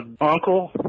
uncle